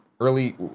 Early